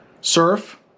surf